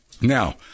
Now